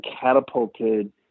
catapulted